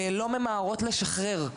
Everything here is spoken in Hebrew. לא ממהרות לשחרר.